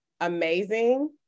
amazing